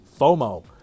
FOMO